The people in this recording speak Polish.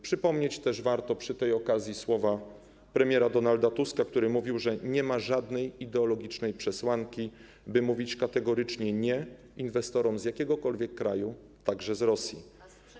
Przy tej okazji warto przypomnieć słowa premiera Donalda Tuska, który mówił, że nie ma żadnej ideologicznej przesłanki, by mówić kategorycznie: nie inwestorom z jakiegokolwiek kraju, także z Rosji.